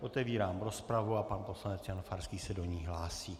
Otevírám rozpravu a pan poslanec Jan Farský se do ní hlásí.